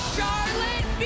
Charlotte